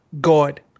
God